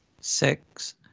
six